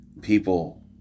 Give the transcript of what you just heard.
people